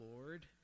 Lord